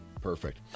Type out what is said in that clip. Perfect